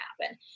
happen